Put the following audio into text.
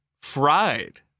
fried